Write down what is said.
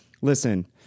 listen